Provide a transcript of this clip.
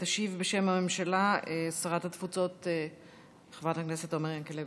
בשם הממשלה תשיב שרת התפוצות חברת הכנסת עומר ינקלביץ',